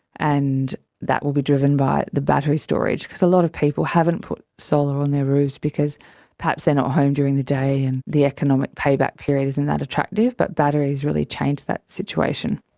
and that will be driven by the battery storage. because a lot of people haven't put solar on their roofs because perhaps they're not home during the day, and the economic payback period isn't that attractive, but batteries really change that situation.